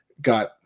got